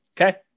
Okay